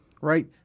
Right